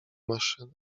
maszyny